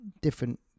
different